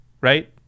right